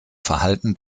verhalten